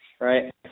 right